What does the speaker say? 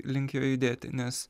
link jo judėti nes